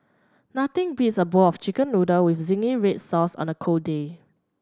nothing beats a bowl of Chicken Noodle with zingy red sauce on a cold day